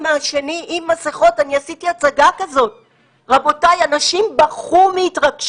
אני גם רוצה לעשות אותו בשיח עם הנציגים.